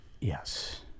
yes